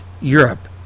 Europe